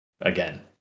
again